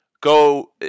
go